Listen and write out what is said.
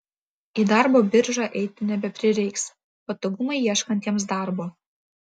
į darbo biržą eiti nebeprireiks patogumai ieškantiems darbo